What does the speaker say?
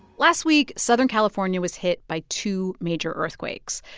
last week, southern california was hit by two major earthquakes.